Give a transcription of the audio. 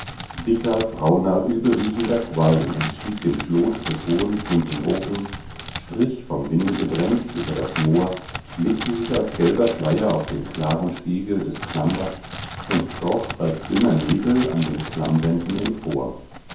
dicker brauner übelriechender qualm entstieg dem schlot des hohen plumpen ofens strich vom winde gedrängt über das moor legte sich als gelber schleier auf den klaren spiegel des klammbachsees und kroch als dünner nebel an den klammwänden empor